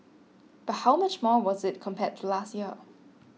but how much more was it compared to last year